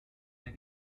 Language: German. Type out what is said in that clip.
der